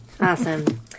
Awesome